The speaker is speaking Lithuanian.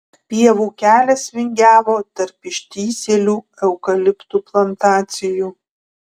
pievų kelias vingiavo tarp ištįsėlių eukaliptų plantacijų